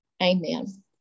Amen